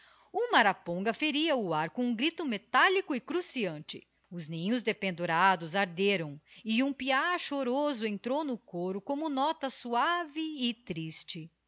uma araponga feria o ar com um grito metallico e cruciante os ninhos dependurados arderam e um piar choroso entrou no coro como nota suave e triste